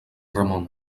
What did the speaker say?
ramon